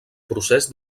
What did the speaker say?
procés